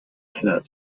sir